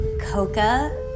Coca